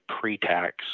pre-tax